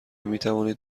میتوانید